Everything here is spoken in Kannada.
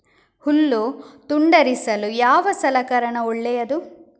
ಹುಲ್ಲು ತುಂಡರಿಸಲು ಯಾವ ಸಲಕರಣ ಒಳ್ಳೆಯದು?